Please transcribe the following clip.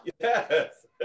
Yes